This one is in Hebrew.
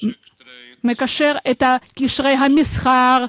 והוא מקשר את קשרי המסחר,